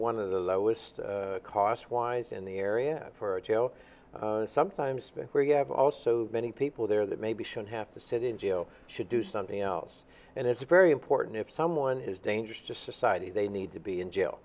one of the lowest cost wise in the area sometimes where you have also many people there that maybe should have to sit in jail should do something else and it's very important if someone is dangerous to society they need to be in jail